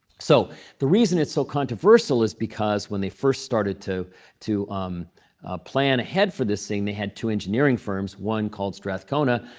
so the reason it's so controversial is because when they first started to um plan ahead for this thing, they had two engineering firms. one, called strathcona,